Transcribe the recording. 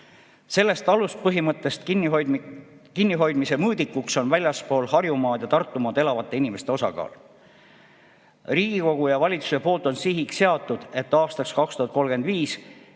Sellest aluspõhimõttest kinnihoidmise mõõdikuks on väljaspool Harjumaad ja Tartumaad elavate inimeste osakaal. Riigikogu ja valitsus on sihiks seadnud, et aastaks 2035